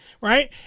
right